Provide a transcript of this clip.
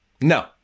No